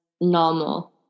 normal